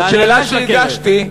זו שאלה שהגשתי.